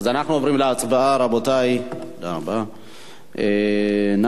רבותי, אנחנו עוברים להצבעה.